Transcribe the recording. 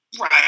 Right